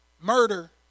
Murder